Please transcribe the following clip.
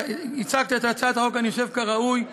הצגת את הצעת החוק, אני חושב, כראוי,